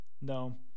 No